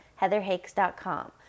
heatherhakes.com